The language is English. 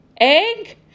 egg